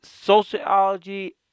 sociology